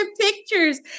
pictures